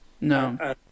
No